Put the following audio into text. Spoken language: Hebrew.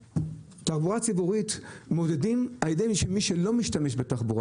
תחבורה ציבורית מעודדים על ידי מי שלא משתמש בתחבורה